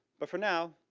but for now,